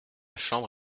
chambre